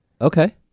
Okay